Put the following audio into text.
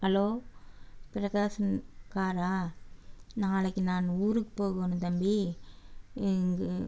hello Prakash காரா நாளைக்கு நான் ஊருக்கு போகணும் தம்பி இங்கே